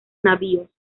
navíos